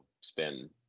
spin